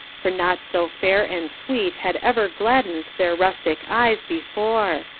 for naught so fair and sweet had ever gladdened their rustic eyes before.